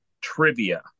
trivia